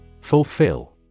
Fulfill